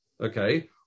Okay